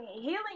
healing